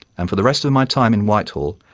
and for the rest of my time in whitehall,